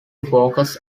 focus